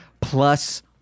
plus